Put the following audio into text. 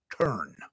turn